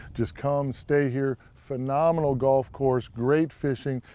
just come, stay here. phenomenal golf course. great fishing.